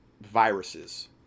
viruses